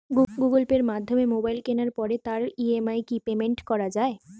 Google পের মাধ্যমে mobile কেনার পরে তার ই.এম.আই কি পেমেন্ট করা যায়?